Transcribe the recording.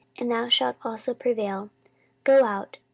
and thou shalt also prevail go out,